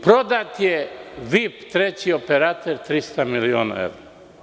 Prodat je „Vip“ treći operater, 300 miliona evra.